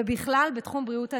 ובכלל זה בתחום בריאות הנפש,